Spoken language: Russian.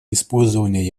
использования